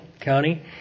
County